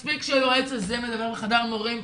מספיק שהיועץ הזה מדבר בחדר המורים".